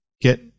get